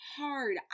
hard